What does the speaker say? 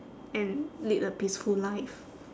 and lead a peaceful life